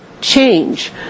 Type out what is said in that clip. change